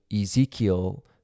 ezekiel